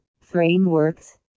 frameworks